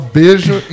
beijo